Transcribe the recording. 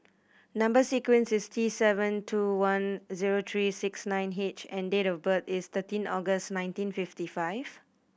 number sequence is T seven two one zero three six nine H and date of birth is thirteen August nineteen fifty five